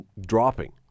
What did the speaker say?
dropping